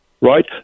right